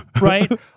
right